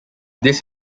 this